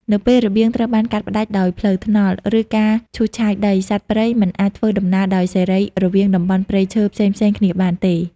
នៅពេលរបៀងត្រូវបានកាត់ផ្តាច់ដោយផ្លូវថ្នល់ ឬការឈូសឆាយដី សត្វព្រៃមិនអាចធ្វើដំណើរដោយសេរីរវាងតំបន់ព្រៃឈើផ្សេងៗគ្នាបានទេ។